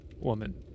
woman